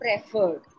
preferred